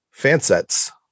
Fansets